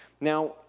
Now